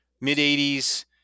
mid-80s